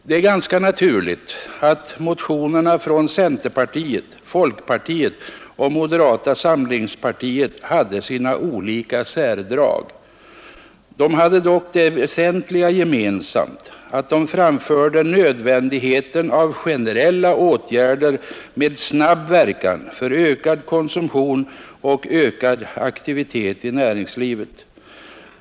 Det är ganska naturligt att motionerna från centerpartiet, folkpartiet och moderata samlingspartiet hade sina olika särdrag. De hade dock det väsentliga gemensamt att de framförde nödvändigheten av generella åtgärder med snabb verkan för ökad konsumtion och ökad aktivitet i näringslivet.